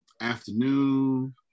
afternoon